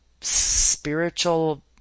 spiritual